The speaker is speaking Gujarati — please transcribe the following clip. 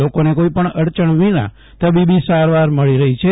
લોકોને કોઈપણ અડચણ વિના તબીબી સારવાર મળી રહી છે